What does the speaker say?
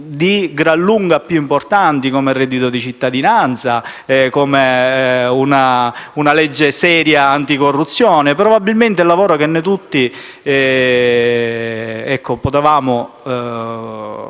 di gran lunga più importanti, come il reddito di cittadinanza o una seria legge anticorruzione, probabilmente il lavoro che noi tutti potevamo portare